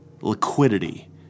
Liquidity